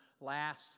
last